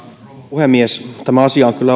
puhemies tämä asia on kyllä ollut